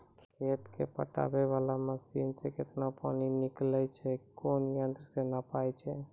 खेत कऽ पटाय वाला मसीन से केतना पानी निकलैय छै कोन यंत्र से नपाय छै